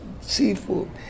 seafood